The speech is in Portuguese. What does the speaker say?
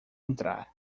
entrar